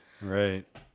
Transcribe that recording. Right